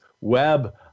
web